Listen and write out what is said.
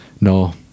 No